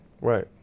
Right